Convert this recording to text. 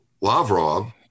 Lavrov